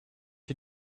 you